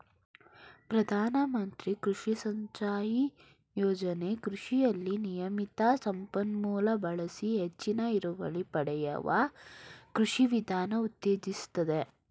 ಪ್ರಧಾನಮಂತ್ರಿ ಕೃಷಿ ಸಿಂಚಾಯಿ ಯೋಜನೆ ಕೃಷಿಯಲ್ಲಿ ನಿಯಮಿತ ಸಂಪನ್ಮೂಲ ಬಳಸಿ ಹೆಚ್ಚಿನ ಇಳುವರಿ ಪಡೆಯುವ ಕೃಷಿ ವಿಧಾನ ಉತ್ತೇಜಿಸ್ತದೆ